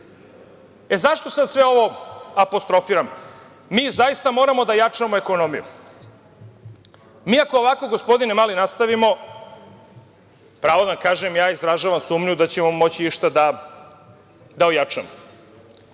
Zašto sada sve ovo apostrofiram? Zaista moramo da jačamo ekonomiju. Ako ovako, gospodine Mali, nastavimo, pravo da vam kažem da izražavamo sumnju da ćemo moći išta da